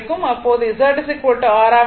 அப்போது Z R ஆக இருக்கும்